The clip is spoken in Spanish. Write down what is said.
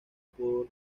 por